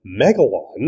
Megalon